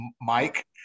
Mike